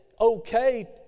okay